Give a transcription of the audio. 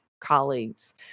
colleagues